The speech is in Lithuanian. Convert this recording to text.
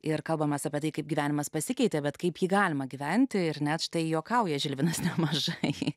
ir kalbamės apie tai kaip gyvenimas pasikeitė bet kaip jį galima gyventi ir net štai juokauja žilvinas nemažą kiekį